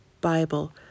Bible